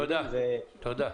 תודה.